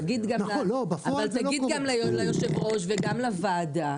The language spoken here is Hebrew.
תגיד ליושב ראש וגם לוועדה